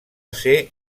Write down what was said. ser